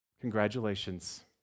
Congratulations